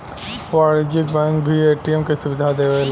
वाणिज्यिक बैंक भी ए.टी.एम के सुविधा देवेला